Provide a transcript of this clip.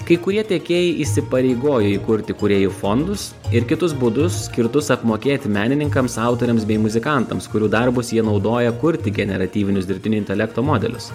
kai kurie tiekėjai įsipareigojo įkurti kūrėjų fondus ir kitus būdus skirtus apmokėti menininkams autoriams bei muzikantams kurių darbus jie naudoja kurti generatyvinius dirbtinio intelekto modelius